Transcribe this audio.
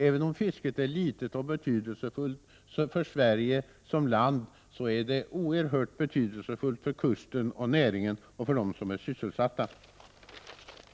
Även om fisket har liten betydelse för Sverige som land, är det oerhört betydelsefullt för kusten, för näringen och för dem som är sysselsatta inom fisket.